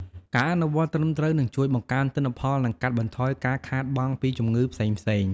ការអនុវត្តន៍ត្រឹមត្រូវនឹងជួយបង្កើនទិន្នផល និងកាត់បន្ថយការខាតបង់ពីជំងឺផ្សេងៗ។